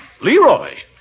Leroy